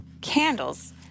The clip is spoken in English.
candles